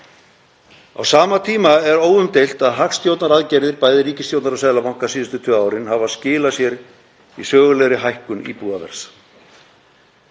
Á sama tíma er óumdeilt að hagstjórnaraðgerðir bæði ríkisstjórnar og Seðlabankans síðustu tvö árin hafa skilað sér í sögulegri hækkun íbúðaverðs.